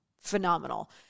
Phenomenal